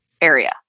area